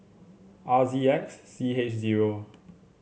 R Z X C H zero